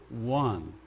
one